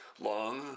long